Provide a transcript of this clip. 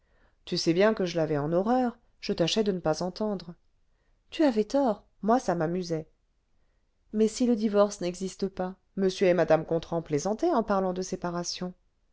tu sais bien que je l'avais en horreur je tâchais de ne pas entendre tu avais tort moi ça m'amusait mais si le divorce n'existe pas m et mrac gontran plaisantaient en parlant de séparation